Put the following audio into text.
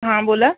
हां बोला